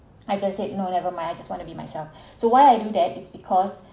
I just said no never mind I just wanna be myself so why I do that is because